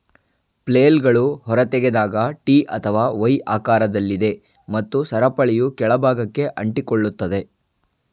ಫ್ಲೇಲ್ಗಳು ಹೊರತೆಗೆದಾಗ ಟಿ ಅಥವಾ ವೈ ಆಕಾರದಲ್ಲಿದೆ ಮತ್ತು ಸರಪಳಿಯು ಕೆಳ ಭಾಗಕ್ಕೆ ಅಂಟಿಕೊಳ್ಳುತ್ತದೆ